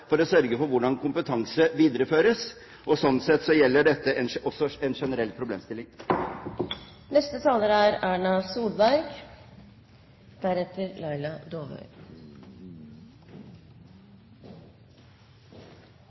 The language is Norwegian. for å sørge for hvordan kompetanse videreføres. Slik sett gjelder dette også en generell problemstilling.